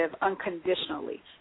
unconditionally